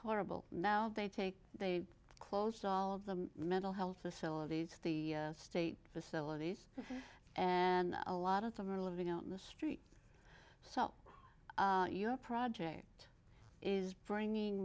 horrible now they take they closed all of the mental health facilities the state facilities and a lot of them are living out in the street so your project is bringing